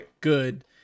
good